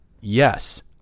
Yes